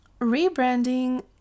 rebranding